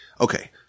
Okay